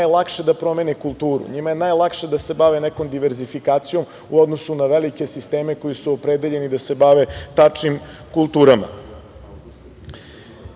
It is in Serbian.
njima najlakše da promene kulturu. Njima je najlakše da se bave nekom diverzifikacijom u odnosu na velike sisteme koji su opredeljeni da se bave tačnim kulturama. Ono